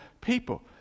people